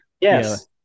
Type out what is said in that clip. Yes